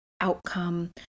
outcome